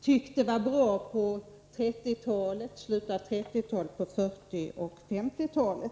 tyckte var bra i slutet av 1930-talet och på 1940 och 1950-talen.